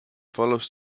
follows